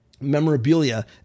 memorabilia